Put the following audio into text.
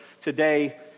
today